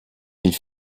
ils